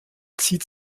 zieht